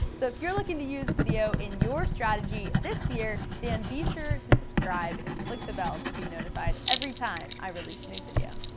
so if you're looking to use video in your strategy this year, then be sure to subscribe and click the bell to be notified every time i release a new video.